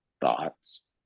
thoughts